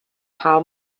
how